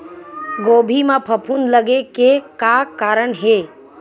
गोभी म फफूंद लगे के का कारण हे?